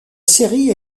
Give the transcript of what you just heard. série